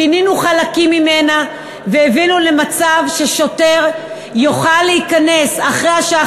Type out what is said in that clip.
שינינו חלקים ממנה והבאנו למצב ששוטר יוכל להיכנס אחרי השעה